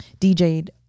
DJed